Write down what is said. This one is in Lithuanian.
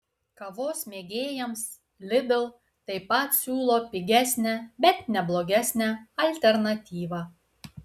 kavos mėgėjams lidl taip pat siūlo pigesnę bet ne blogesnę alternatyvą